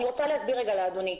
אני רוצה להסביר לאדוני.